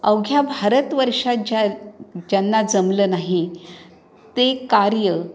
अवघ्या भारतवर्षात ज्या ज्यांना जमलं नाही ते कार्य